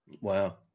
Wow